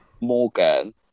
Morgan